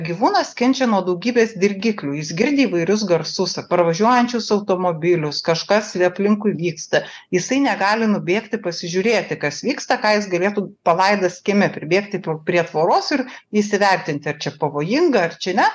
gyvūnas kenčia nuo daugybės dirgiklių jis girdi įvairius garsus parvažiuojančius automobilius kažkas aplinkui vyksta jisai negali nubėgti pasižiūrėti kas vyksta ką jis galėtų palaidas kieme pribėgti prie tvoros ir įsivertinti ar čia pavojinga ar čia ne